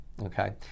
okay